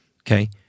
okay